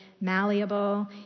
malleable